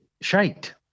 shite